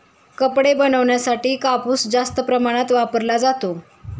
कपडे बनवण्यासाठी कापूस जास्त प्रमाणात वापरला जातो